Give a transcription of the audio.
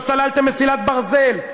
לא סללתם מסילת ברזל,